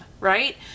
right